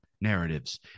narratives